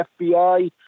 fbi